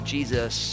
Jesus